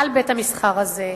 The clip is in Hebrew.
על בית-המסחר הזה,